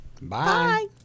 bye